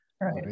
Right